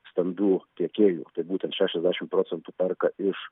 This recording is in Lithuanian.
stambių tiekėjų tai būtent šešiasdešimt procentų perka iš